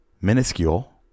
minuscule